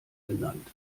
genannt